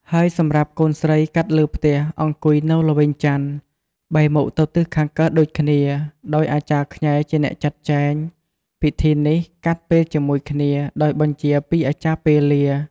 ហើយសម្រាប់ កូនស្រីកាត់លើផ្ទះ អង្គុយនៅល្វែងចន្ទ បែរមុខទៅទិសខាងកើតដូចគ្នា ដោយអាចារ្យខ្ញែជាអ្នកចាត់ចែង ពិធីនេះកាត់ពេលជាមួយគ្នា ដោយបញ្ជាពីអាចារ្យពេលា ។